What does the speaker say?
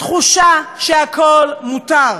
התחושה שהכול מותר.